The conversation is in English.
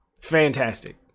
fantastic